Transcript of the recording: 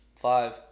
Five